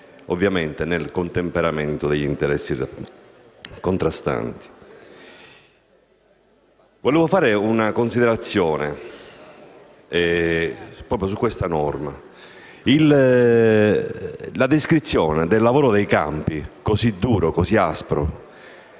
ovviamente nel contemperamento degli interessi contrastanti. Vorrei fare una considerazione al riguardo. Della descrizione del lavoro dei campi, così duro e così aspro,